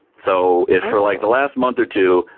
so if for like the last month or two,